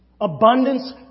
Abundance